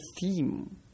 theme